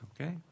Okay